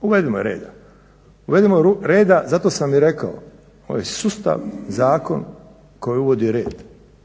Uvedimo reda, uvedimo reda zato sam i rekao ovo je sustav, zakon koji uvodi red,